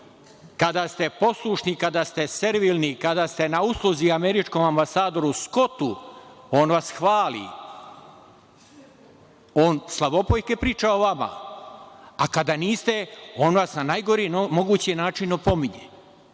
kada ste poslušni, kada ste servilni, kada ste na usluzi američkom ambasadoru Skotu, on vas hvali, on slavopojke priča o vama. A kada niste, on vas na najgori mogući način opominje. Vidite,